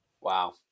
Wow